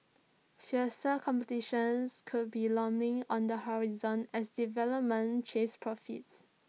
fiercer competition could be looming on the horizon as development chase profits